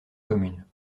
commune